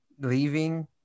leaving